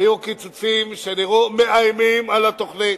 היו קיצוצים שנראו מאיימים על התוכנית,